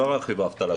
לא על רכיב האבטלה.